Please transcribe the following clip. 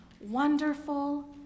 Wonderful